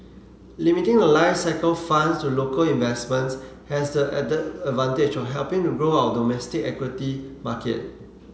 limiting The Life cycle funds to local investments has the added advantage of helping to grow our domestic equity market